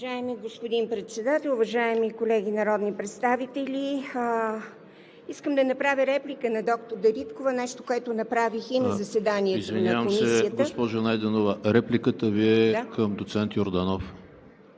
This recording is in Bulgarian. Уважаеми господин Председател, уважаеми колеги народни представители! Искам да направя реплика на доктор Дариткова – нещо, което направих и на заседанието на Комисията. ПРЕДСЕДАТЕЛ ЕМИЛ ХРИСТОВ: Извинявам се, госпожо Найденова, репликата Ви е към доцент Йорданов